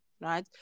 Right